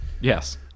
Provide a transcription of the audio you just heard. yes